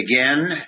again